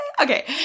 okay